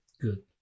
good